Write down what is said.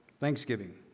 Thanksgiving